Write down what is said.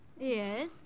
Yes